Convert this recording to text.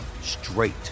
straight